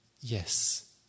yes